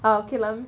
ah okay lah